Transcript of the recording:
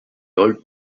old